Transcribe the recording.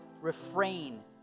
refrain